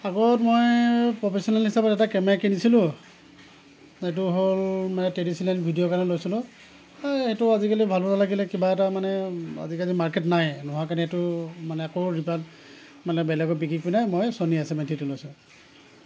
আগত মই প্ৰফেচেনল হিচাপে এটা কেমেৰা কিনিছিলোঁ সেইটো হ'ল মানে ট্ৰেডিচ'নেল ভিডিঅ'ৰ কাৰণে লৈছিলোঁ এইটো আজিকালি ভালো নালাগিলে কিবা এটা মানে আজিকালি মাৰ্কেট নাই নোহোৱা কাৰণেটো মানে আকৌ মানে বেলেগক বিকি পেলাই মই ছনী এছ এম টি টো লৈছোঁ